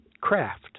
craft